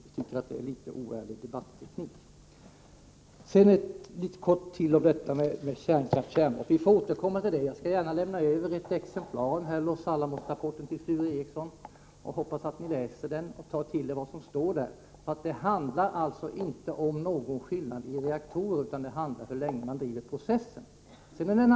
Jag tycker att det är en oärlig debatteknik. Sedan kort om kärnvapen och kärnkraft. Vi får återkomma till detta. Jag skall gärna lämna över ett exemplar av Los Alamos-rapporten till Sture Ericson. Jag hoppas att ni läser den och tar till er vad som står där. Det handlar alltså inte om någon skillnad i reaktorer, utan det handlar om hur länge man driver processen.